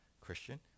Christian